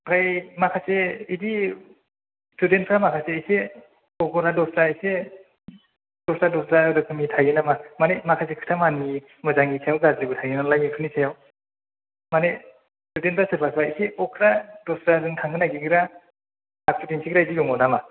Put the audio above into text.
ओमफ्राय माखासे इदि स्थुदेन्थफ्रा माखासे इसे खबरा दस्रा इसे दस्रा दस्रा रोखोमनि थायो नामा माने माखासे खोथा मानियै मोजांनि सायाव गाज्रिबो थायो नालाय बेफोरनि सायाव माने स्थुदेन्थफ्रा सोरबाफ्रा इसे अख्रा दस्राजों थांनो नागिरग्रा आखु दिन्थिग्रा बिदि दं नामा